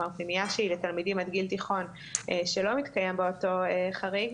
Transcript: כלומר פנימייה שהיא לתלמידים עד גיל תיכון שלא מתקיים בו אותו חריג,